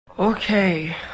Okay